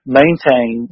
maintain